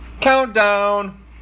Countdown